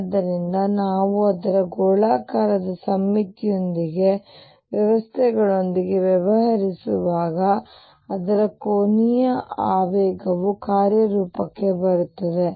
ಆದ್ದರಿಂದ ನಾವು ಅದರ ಗೋಳಾಕಾರದ ಸಮ್ಮಿತಿಯೊಂದಿಗೆ ವ್ಯವಸ್ಥೆಗಳೊಂದಿಗೆ ವ್ಯವಹರಿಸುವಾಗ ಅದರ ಕೋನೀಯ ಆವೇಗವು ಕಾರ್ಯರೂಪಕ್ಕೆ ಬರುತ್ತದೆ